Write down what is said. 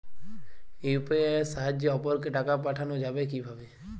UPI এর সাহায্যে অপরকে টাকা পাঠানো যাবে কিভাবে?